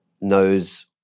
knows